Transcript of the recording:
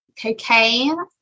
Cocaine